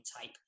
type